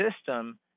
system